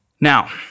Now